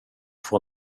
får